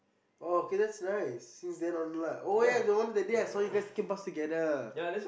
oh okay that's nice since then on lah oh yes oh no wonder that day I saw you guys taking bus together